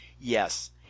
Yes